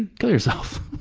and kill yourself!